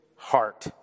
Heart